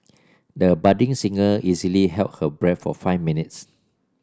the budding singer easily held her breath for five minutes